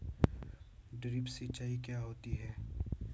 Drip सिंचाई क्या होती हैं?